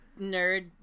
nerd